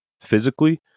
physically